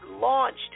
launched